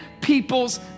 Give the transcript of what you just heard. people's